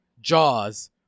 Jaws